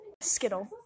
skittle